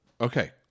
okay